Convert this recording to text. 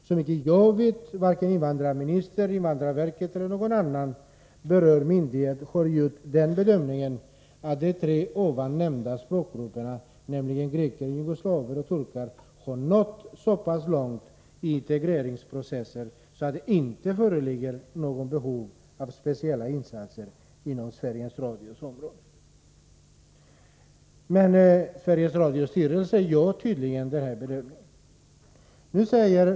Såvitt jag vet har varken invandrarministern, invandrarverket eller någon annan berörd myndighet gjort den bedömningen att de tre nämnda språkgrupperna — greker, jugoslaver och turkar — har nått så långt i integreringsprocessen att det inte föreligger något behov av speciella insatser av Sveriges Radio. Sveriges Radios styrelse gör tydligen den bedömningen.